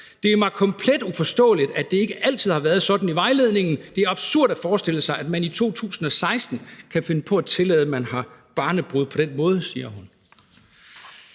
»Det er mig komplet uforståeligt, at det ikke har altid været sådan i vejledningen. Det er absurd at forestille sig, at man i 2016 kan finde på at tillade, at man har barnebrude på den måde.« Ja, man